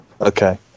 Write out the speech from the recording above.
Okay